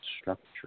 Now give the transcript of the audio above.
structure